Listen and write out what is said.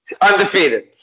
Undefeated